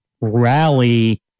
rally